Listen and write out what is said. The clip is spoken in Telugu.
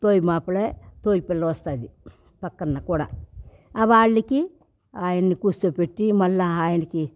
పోయి మాపలే పోయి పిల్ల వస్తాది పక్కన్న కూడా అవాళ్ళకి ఆయన్ని కూర్చోపెట్టి మళ్ళ ఆయనకి